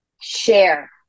share